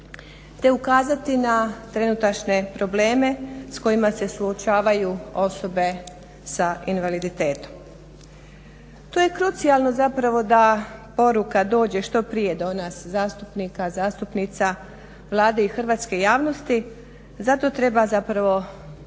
te ukazati na trenutačne probleme s kojima se suočavaju osobe s invaliditetom. To je krucijalno da poruka dođe što prije do nas zastupnika, zastupnica, Vlade i hrvatske javnosti, za to treba